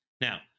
Now